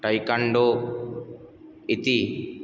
taekwondo इति